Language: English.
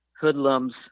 hoodlums